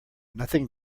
nothing